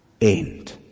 end